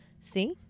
See